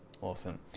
Awesome